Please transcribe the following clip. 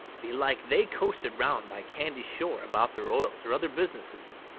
belike they coasted round by candy-shore about their oils or other businesses.